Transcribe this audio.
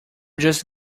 just